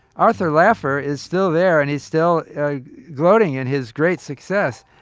arthur laffer is still there and he's still gloating in his great success.